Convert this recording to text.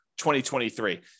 2023